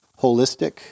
holistic